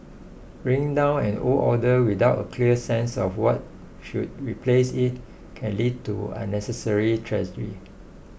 bringing down an old order without a clear sense of what should replace it can lead to unnecessary tragedy